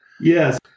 Yes